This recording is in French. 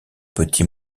petit